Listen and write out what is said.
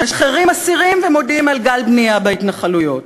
משחררים אסירים ומודיעים על גל בנייה בהתנחלויות,